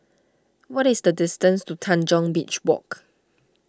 what is the distance to Tanjong Beach Walk